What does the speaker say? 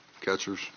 catchers